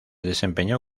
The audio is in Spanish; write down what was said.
desempeñó